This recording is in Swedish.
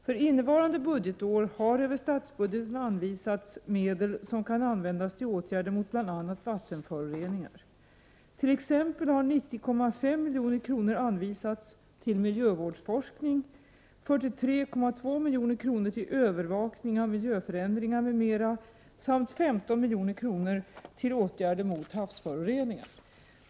För innevarande budgetår har över statsbudgeten anvisats medel som kan användas till åtgärder mot bl.a. vattenföroreningar, t.ex. har 90,5 milj.kr. anvisats till miljövårdsforskning, 43,2 milj.kr. till övervakning av miljöförändringar m.m. samt 15 milj.kr. till åtgärder mot havsföroreningar.